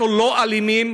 אנחנו לא אלימים.